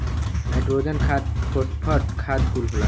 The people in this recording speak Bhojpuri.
नाइट्रोजन खाद फोस्फट खाद कुल होला